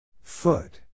Foot